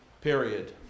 period